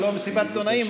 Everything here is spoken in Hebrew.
זו לא מסיבת עיתונאים,